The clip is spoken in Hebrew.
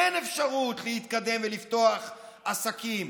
אין אפשרות להתקדם ולפתוח עסקים.